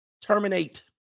terminate